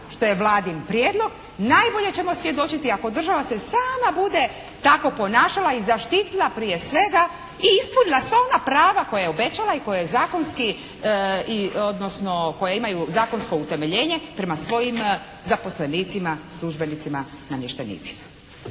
što je Vladin prijedlog najbolje ćemo svjedočiti ako država se sama bude tako ponašala i zaštitila prije svega i ispunila sva ona prava koja je obećala i koja imaju zakonsko utemeljenje prema svojim zaposlenicima, službenicima, namještenicima.